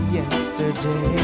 yesterday